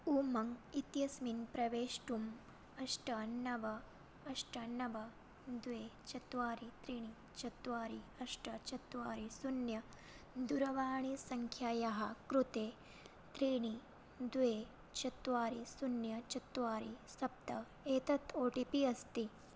उमङ्ग् इत्यस्मिन् प्रवेष्टुम् अष्ट नव अष्ट नव द्वे चत्वारि त्रीणि चत्वारि अष्ट चत्वारि शून्यं दूरवाणीसङ्ख्यायाः कृते त्रीणि द्वे चत्वारि शून्यं चत्वारि सप्त एतत् ओ टि पि अस्ति